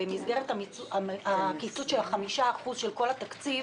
במסגרת הקיצוץ של ה-5% של כל התקציב,